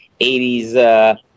80s